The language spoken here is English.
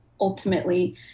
ultimately